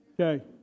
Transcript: Okay